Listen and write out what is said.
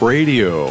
Radio